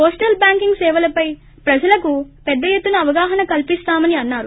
postal banking సేవలపై ప్రజలకు పెద్ద ఎత్తున అవగాహన కల్పిస్తామని అన్నారు